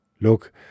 Look